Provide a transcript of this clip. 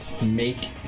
Make